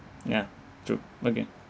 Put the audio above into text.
ya true okay